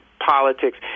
politics